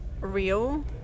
real